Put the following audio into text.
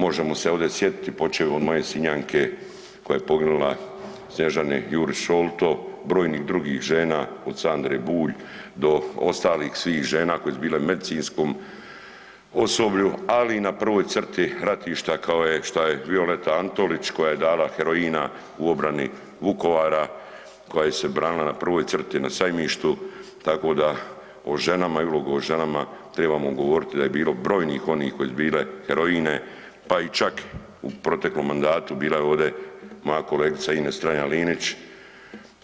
Možemo se ovdje sjetiti, počev od moje Sinjanke koja je poginula Snježane Jurić Šolto i brojnih drugih žena, od Sandre Bulj do ostalih svih žena koje su bile u medicinskom osoblju, ali i na prvoj crti ratišta kao šta je Violeta Antolić koja je dala heroina u obrani Vukovara, koja se je branila na prvoj crti na Sajmištu, tako da o ženama, o ženama trebamo govoriti da je bilo brojnih onih koje su bile heroine, pa i čak u proteklom mandatu bila je ovdje moja kolegica Ines Strenja Linić